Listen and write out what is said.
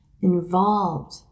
involved